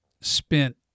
spent